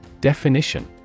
Definition